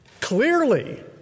Clearly